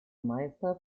meister